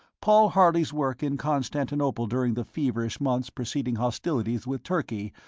paul harley's work in constantinople during the feverish months preceding hostilities with turkey,